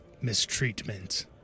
mistreatment